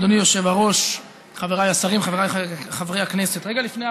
אדוני היושב-ראש, חבריי השרים, חבריי חברי הכנסת,